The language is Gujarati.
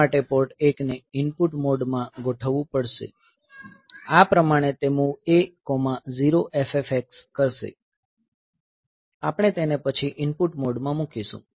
તે માટે પોર્ટ 1 ને ઇનપુટ મોડ માં ગોઠવવું પડશે આ પ્રમાણે તે MOV A0FFX કરશે આપણે તેને પછી ઇનપુટ મોડમાં મૂકીશું